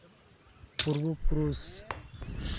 ᱯᱩᱨᱵᱚ ᱯᱩᱨᱩᱥ